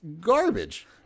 garbage